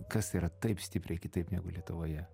kas yra taip stipriai kitaip negu lietuvoje